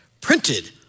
printed